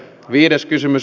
viides kysymys